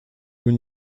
haut